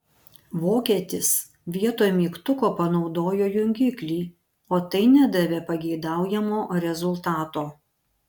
vokietis vietoj mygtuko panaudojo jungiklį o tai nedavė pageidaujamo rezultato